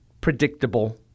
predictable